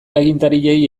agintariei